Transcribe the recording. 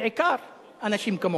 בעיקר אנשים כמוך.